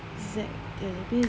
zack tapi zack